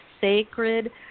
sacred